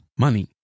money